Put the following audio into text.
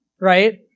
right